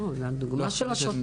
מבינה שהמתיחות